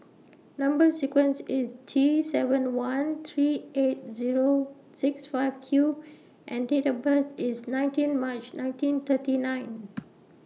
Number sequence IS T seven one three eight Zero six five Q and Date of birth IS nineteen March nineteen thirty nine